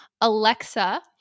Alexa